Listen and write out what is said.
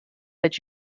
but